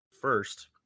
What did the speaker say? first